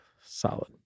solid